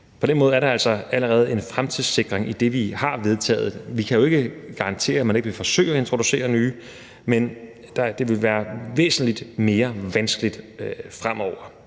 På den måde er der altså allerede en fremtidssikring i det, vi har vedtaget. Vi kan jo ikke garantere, at man ikke vil forsøge at introducere nye, men det vil være væsentlig mere vanskeligt fremover.